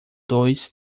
dois